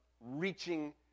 reaching